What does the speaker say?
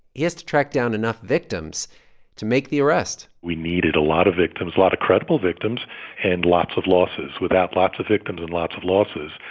he has to track down enough victims to make the arrest we needed a lot of victims a lot of credible victims and lots of losses. without lots of victims and lots of losses,